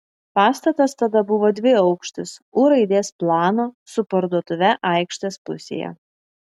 pastatas tada buvo dviaukštis u raidės plano su parduotuve aikštės pusėje